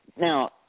Now